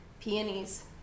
peonies